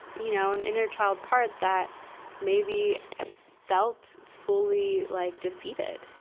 you know, an inner child part that maybe ah felt fully like defeated.